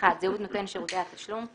(1)זהות נותן שירותי התשלום,